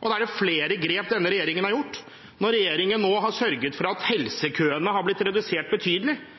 og der er det flere grep denne regjering har gjort. Når regjeringen nå har sørget for at helsekøene har blitt betydelig redusert,